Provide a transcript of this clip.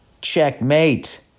Checkmate